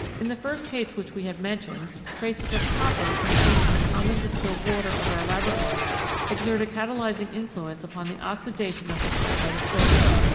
in the first case which we have mentioned, traces of copper contained in the common distilled water of our laboratories exert a catalysing influence upon the oxidation of the sulphite of sodium.